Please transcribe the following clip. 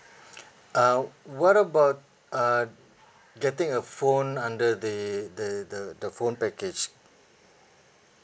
uh what about uh getting a phone under the the the the phone package